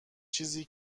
چیزی